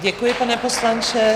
Děkuji, pane poslanče.